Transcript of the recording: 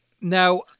Now